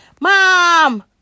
mom